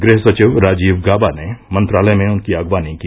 गृह सचिव राजीव गाबा ने मंत्रालय में उनकी अगवानी की